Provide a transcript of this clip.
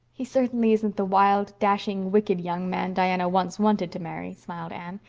he certainly isn't the wild, dashing, wicked, young man diana once wanted to marry, smiled anne.